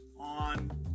on